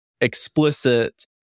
explicit